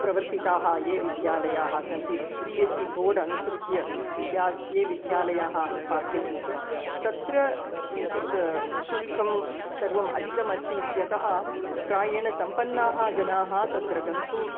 प्रवर्तिताः ये विद्यालयाः सन्ति सिबिएस्सि बोर्ड् अनुसृत्य या ये विद्यालयाः पाठयन्ति तत्र किञ्चित् शुल्कं सर्वम् अधिकम् अस्ति इत्यतः प्रायेण सम्पन्नाः जनाः तत्र गन्तुम्